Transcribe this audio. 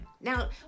Now